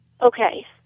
okay